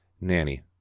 nanny